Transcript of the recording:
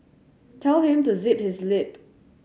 tell him to zip his lip